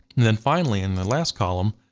and then finally in the last column,